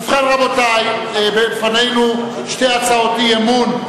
ובכן, רבותי, לפנינו שתי הצעות אי-אמון.